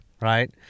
Right